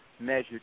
measured